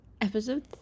episode